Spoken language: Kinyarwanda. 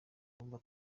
numva